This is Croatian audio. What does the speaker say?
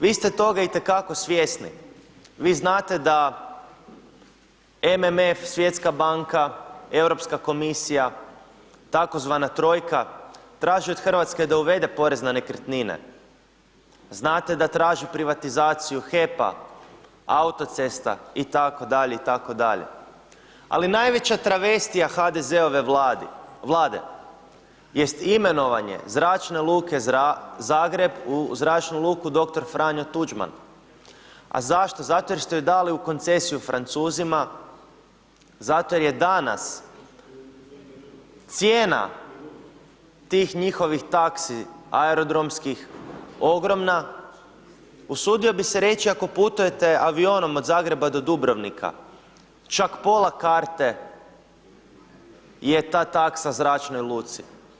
Vi ste toga i te kako svjesni, vi znate da MMF, Svjetska banka, Europska komisija tzv. trojka traži od Hrvatske da uvede porez na nekretnine, znate da traži privatizaciju HEP-a, autocesta itd., itd. ali najveća travestija HDZ-ove vlade jest imenovanje Zračne luke Zagreb u Zračnu luku Dr. Franjo Tuđman, a zašto, zato jer ste ju dali u koncesiju Francuzima, zato jer je danas cijena tih njihovih taksi aerodromskih ogromna, usudio bih se reći ako putujete avionom od Zagreba do Dubrovnika čak pola karte je ta taksa zračnoj luci.